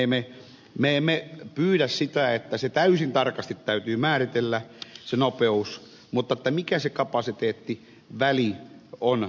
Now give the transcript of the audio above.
siis me emme pyydä sitä että se nopeus täytyy täysin tarkasti määritellä vaan kertomaan mikä kapasiteettiväli laajakaistassa on